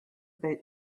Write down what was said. about